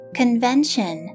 convention